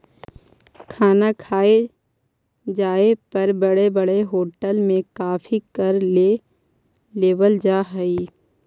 खाना खाए जाए पर बड़े बड़े होटल में काफी कर ले लेवल जा हइ